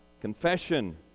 confession